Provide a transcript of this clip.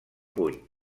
puny